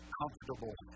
comfortable